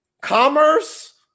Commerce